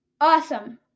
awesome